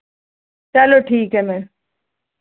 चलो ठीक है मैम